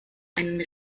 einen